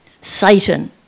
Satan